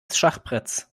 schachbretts